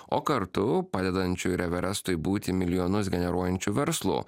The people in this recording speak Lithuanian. o kartu padedančių ir everestui būti milijonus generuojančiu verslu